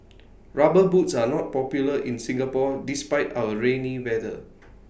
rubber boots are not popular in Singapore despite our rainy weather